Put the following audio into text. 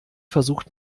versucht